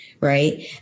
right